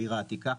בעיר העתיקה?